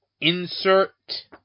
insert